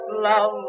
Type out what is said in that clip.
love